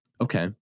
okay